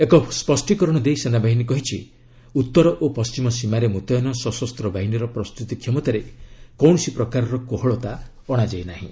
ଏକ ସ୍ୱଷ୍ଟୀକରଣ ଦେଇ ସେନାବାହିନୀ କହିଛି ଉତ୍ତର ଓ ପଶ୍ଚିମ ସୀମାରେ ମୁତୟନ ସଶସ୍ତ ବାହିନୀର ପ୍ରସ୍ତୁତି କ୍ଷମତାରେ କୌଣସି ପ୍ରକାରର କୋହଳତା ଅଣାଯାଇ ନାହିଁ